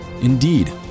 Indeed